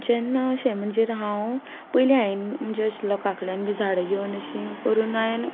जेन्ना अशें म्हणजे हांव पयलीं हांवें म्हणजे लोकां कडल्यान बी झाडां घेवन अशीं करून हांवें